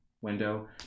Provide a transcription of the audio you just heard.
window